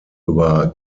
über